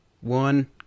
one